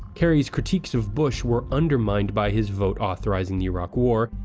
kerry's critiques of bush were undermined by his vote authorizing the iraq war,